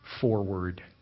Forward